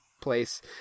place